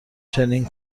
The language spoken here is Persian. چنین